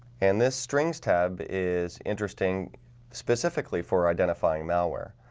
and this strings tab is interesting specifically for identifying malware,